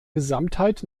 gesamtheit